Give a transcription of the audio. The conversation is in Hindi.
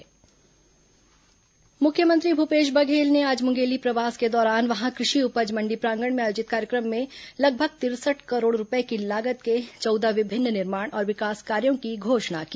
मुख्यमंत्री लोकार्पण मुख्यमंत्री भूपेश बघेल ने आज मुंगेली प्रवास के दौरान वहां कृषि उपज मण्डी प्रांगण में आयोजित कार्यक्रम में लगभग तिरसठ करोड़ रूपए की लागत के चौदह विभिन्न निर्माण और विकास कार्यो की घोषणा की